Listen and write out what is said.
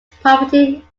property